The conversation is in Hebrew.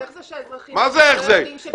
אז איך האזרחים לא יודעים שבאים לעקל אצלם?